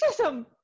racism